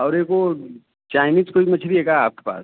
और एक वो चाइनीज कोई मछली है का आपके पास